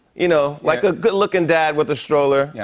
you know, like a good-looking dad with a stroller. yeah